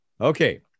okay